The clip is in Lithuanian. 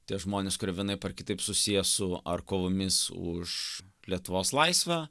tie žmonės kurie vienaip ar kitaip susiję su ar kovomis už lietuvos laisvę